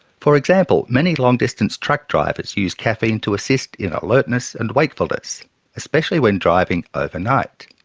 for example, many long distance truck drivers use caffeine to assist in alertness and wakefulness especially when driving overnight.